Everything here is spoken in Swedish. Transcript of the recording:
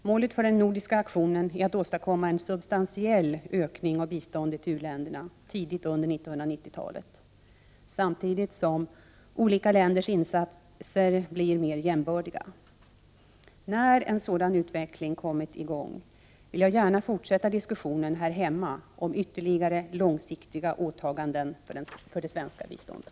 Målet för den nordiska aktionen är att åstadkomma en substantiell ökning av biståndet till u-länderna tidigt under 1990-talet samtidigt som olika länders insatser blir mer jämbördiga. När en sådan utveckling kommit i gång vill jag gärna fortsätta diskussionen här hemma om ytterligare långsiktiga åtaganden för det svenska biståndet.